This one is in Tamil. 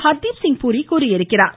ஹர்தீப்சிங் பூரி தெரிவித்துள்ளார்